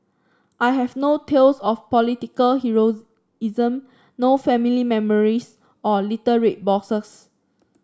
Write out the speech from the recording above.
I have no tales of political heroism no family memories or little red boxes